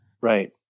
Right